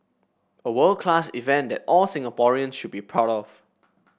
a world class event that all Singaporeans should be proud of